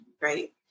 right